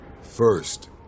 First